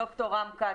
דוקטור רם כץ,